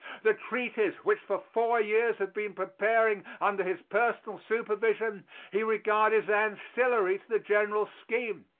the treaties which for four years had been preparing under his personal supervision he regarded as ancillary to the general scheme.